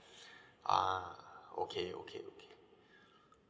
ah okay okay okay